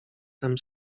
tem